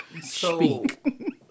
Speak